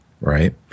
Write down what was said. right